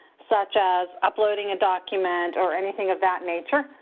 such as uploading a document or anything of that nature,